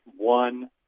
one